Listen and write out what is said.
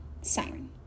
siren